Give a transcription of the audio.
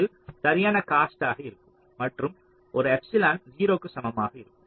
அது சரியான காஸ்ட் ஆக இருக்கும் மற்றும் ஒரு எப்சிலன் 0 க்கு சமமாக இருக்கும்